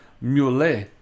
mule